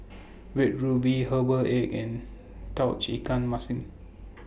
Red Ruby Herbal Egg and Tauge Ikan Masin